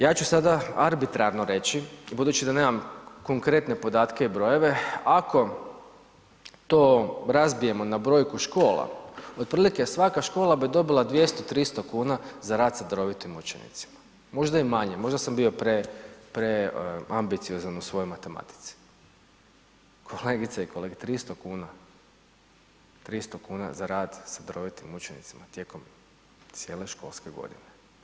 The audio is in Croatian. Ja ću sada arbitrarno reći, budući da nemam konkretne podatke i brojeve, ako to razbijemo na brojku škola, otprilike svaka škola bi dobila 200-300,00 kn za rad sa darovitim učenicima, možda i manje, možda sam bio pre, preambiciozan u svojoj matematici, kolegice i kolege 300,00 kn, 300,00 kn za rad sa darovitim učenicima tijekom cijele školske godine.